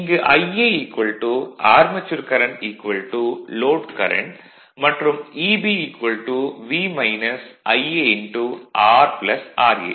இங்கு Ia armature current load current மற்றும் Eb V Ia R ra